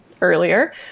earlier